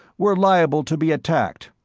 we're liable to be attacked.